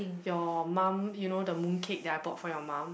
your mom you know the mooncake that I bought for your mom